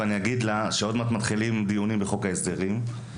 ואגיד לה שעוד מעט מתחילים דיונים בחוק ההסדרים,